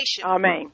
Amen